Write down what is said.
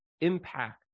impact